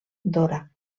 dora